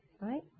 right